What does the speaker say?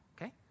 okay